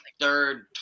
third